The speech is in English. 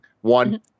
one